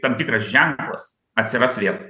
tam tikras ženklas atsiras vėl